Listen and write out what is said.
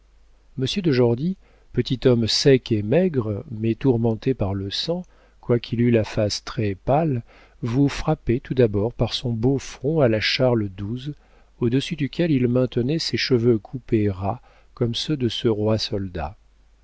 de jordy petit homme sec et maigre mais tourmenté par le sang quoiqu'il eût la face très-pâle vous frappait tout d'abord par son beau front à la charles xii au-dessus duquel il maintenait ses cheveux coupés ras comme ceux de ce roi soldat ses